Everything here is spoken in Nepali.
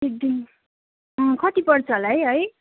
एक दिन कति पर्छ होला है है